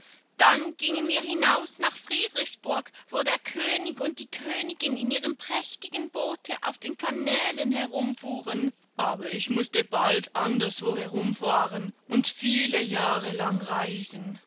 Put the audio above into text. dann gingen wir hinaus nach friedrichsburg wo der könig und die königin in ihrem prächtigen bote auf den kanälen herumfuhren aber ich mußte bald anderswo herumfahren und viele jahre lang reisen